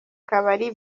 kabari